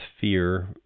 fear